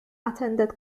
attended